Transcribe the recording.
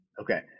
Okay